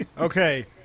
Okay